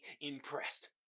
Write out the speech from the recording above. impressed